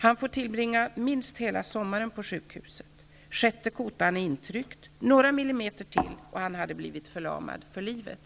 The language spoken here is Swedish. Han får tillbringa minst hela sommaren på sjukhuset. Sjätte kotan är intryckt. Några millimeter till och han hade blivit förlamad för livet.